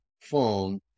phone